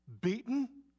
beaten